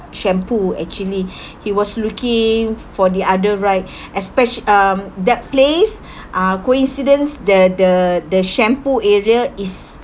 shampoo actually he was looking for the other right especial~ um that place uh coincidence the the the shampoo area is